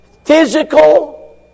Physical